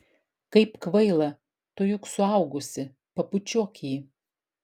kaip kvaila tu juk suaugusi pabučiuok jį